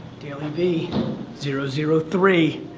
dailyvee zero zero three.